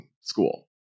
school